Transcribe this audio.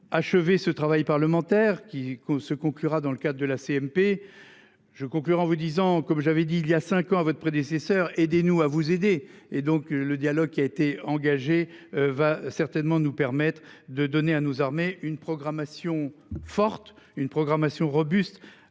Achevé ce travail parlementaire qui co-se conclura, dans le cas de la CMP. Je conclus en vous disant comme j'avais dit il y a 5 ans à votre prédécesseur et des-nous à vous aider et donc le dialogue qui a été engagé va certainement nous permettre de donner à nos armées, une programmation forte, une programmation robuste